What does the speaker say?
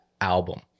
album